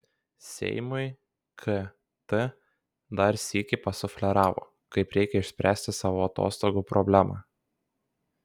seimui kt dar sykį pasufleravo kaip reikia išspręsti savo atostogų problemą